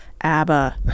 ABBA